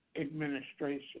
administration